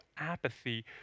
apathy